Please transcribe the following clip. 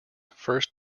first